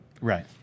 Right